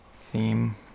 theme